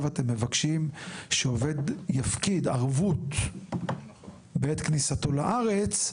אתם מבקשים שעובד יפקיד ערבות בעת כניסתו לארץ,